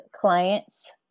clients